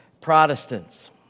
Protestants